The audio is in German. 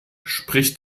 spricht